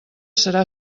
serà